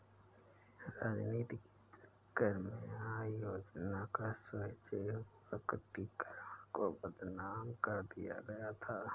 राजनीति के चक्कर में आय योजना का स्वैच्छिक प्रकटीकरण को बदनाम कर दिया गया था